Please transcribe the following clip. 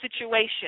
situation